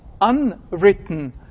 unwritten